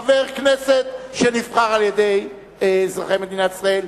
חבר כנסת שנבחר על-ידי אזרחי מדינת ישראל,